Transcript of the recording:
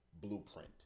Blueprint